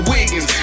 Wiggins